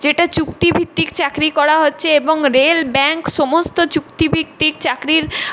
যেটা চুক্তিভিত্তিক চাকরি করা হচ্ছে এবং রেল ব্যাংক সমস্ত চুক্তিভিত্তিক চাকরির